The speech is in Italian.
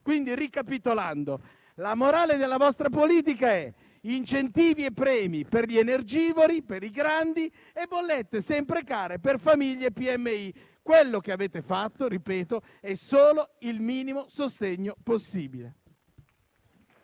Quindi, ricapitolando, la morale della vostra politica è: incentivi e premi per gli energivori (per i grandi) e bollette sempre care per famiglie e PMI. Quello che avete fatto - ripeto - è solo il minimo sostegno possibile.